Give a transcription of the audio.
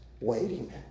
waiting